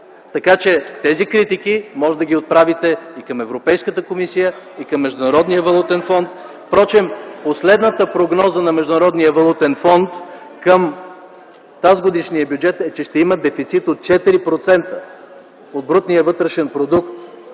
Така че тези критики може да ги отправите и към Европейската комисия, и към Международния валутен фонд. (Реплики от ГЕРБ.) Между другото последната прогноза на Международния валутен фонд към бюджета от тази година е, че ще има дефицит от 4% от брутния вътрешен продукт.